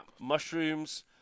Mushrooms